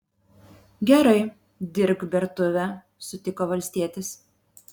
gerai dirbk bertuvę sutiko valstietis